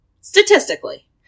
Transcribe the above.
Statistically